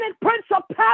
principality